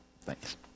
Thanks